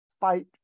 fight